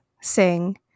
sing